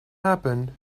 happened